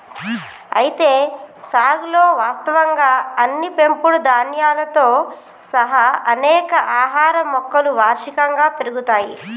అయితే సాగులో వాస్తవంగా అన్ని పెంపుడు ధాన్యాలతో సహా అనేక ఆహార మొక్కలు వార్షికంగా పెరుగుతాయి